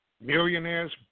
millionaires